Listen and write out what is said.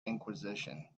inquisition